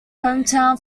hometown